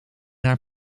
haar